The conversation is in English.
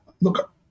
look